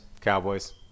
Cowboys